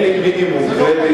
תן לי מינימום קרדיט,